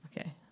Okay